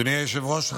אדוני היושב-ראש,